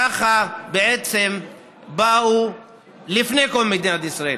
ככה באו לפני קום מדינת ישראל